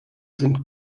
sind